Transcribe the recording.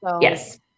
yes